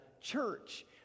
church